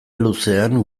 luzean